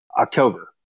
October